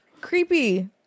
creepy